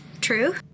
true